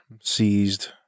seized